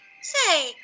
Say